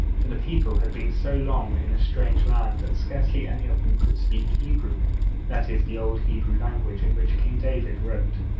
for the people had been so long in a strange land that scarcely any of them could speak hebrew that is, the old hebrew language in which king david wrote.